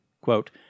quote